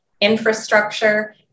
infrastructure